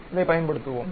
அதைப் பயன்படுத்துவோம்